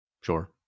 Sure